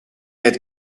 had